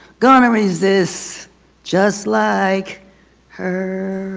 gonna resist just like her.